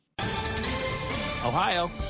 Ohio